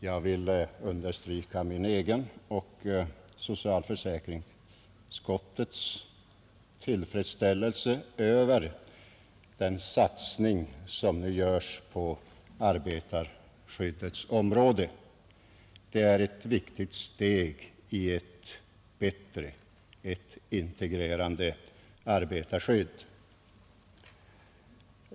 Jag vill understryka min egen och socialförsäkringsutskottets tillfredställelse över den satsning som görs på arbetarskyddets område och som är ett viktigt steg mot ett bättre, integrerande arbetarskydd.